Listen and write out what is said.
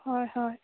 হয়